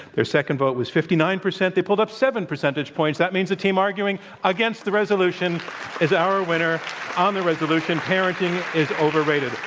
their second vote was fifty nine percent they pulled up seven percentage points. that means the team arguing the resolution is our winner on the resolution parenting is overrated.